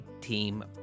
team